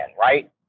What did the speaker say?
right